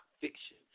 fiction